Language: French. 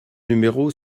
numéro